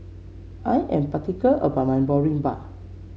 I am particular about my Boribap